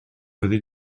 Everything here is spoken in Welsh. fyddi